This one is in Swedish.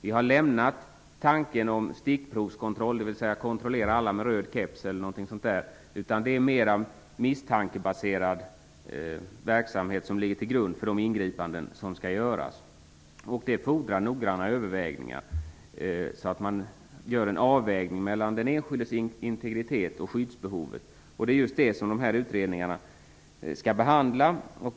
Vi har lämnat tanken om stickprovskontroll, dvs. att kontrollera alla med röd keps eller någonting sådant, utan det är mera misstankebaserad verksamhet som ligger till grund för de ingripanden som skall göras. Det fordrar nogranna överväganden, så att man gör en avvägning mellan den enskildes integritet och skyddsbehovet. Det är just detta som utredningarna skall behandla.